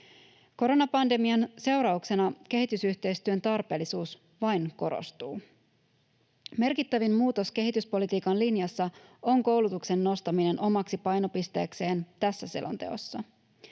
Koronapandemian seurauksena kehitysyhteistyön tarpeellisuus vain korostuu. Merkittävin muutos kehityspolitiikan linjassa on koulutuksen nostaminen omaksi painopisteekseen tässä selonteossa.